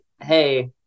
Hey